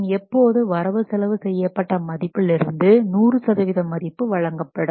பின் எப்போது வரவு செலவு செய்யப்பட்ட மதிப்பிலிருந்து 100 சதவீத மதிப்பு வழங்கப்படும்